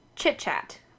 Chit-chat